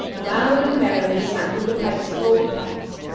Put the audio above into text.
loud and merrily sounded the pipes of old pipes,